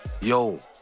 Yo